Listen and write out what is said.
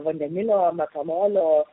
vandenilio metanolio